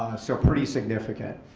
so pretty significant.